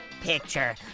picture